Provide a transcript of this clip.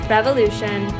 Revolution